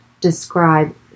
describe